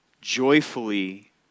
joyfully